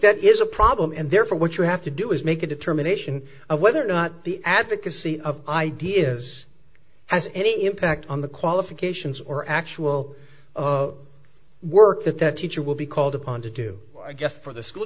that is a problem and therefore what you have to do is make a determination of whether or not the advocacy of ideas has any impact on the qualifications or actual work that that teacher will be called upon to do for the school